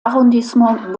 arrondissement